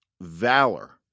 valor